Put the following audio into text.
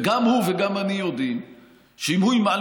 וגם הוא וגם אני יודעים שאם הוא ימעל